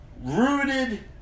Rooted